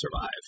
survive